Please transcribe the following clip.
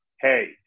hey